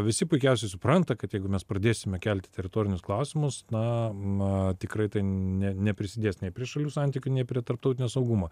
visi puikiausiai supranta kad jeigu mes pradėsime kelti teritorinius klausimus na na tikrai ne neprisidės nei prie šalių santykių nei prie tarptautinio saugumo